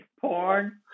porn